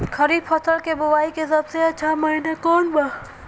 खरीफ फसल के बोआई के सबसे अच्छा महिना कौन बा?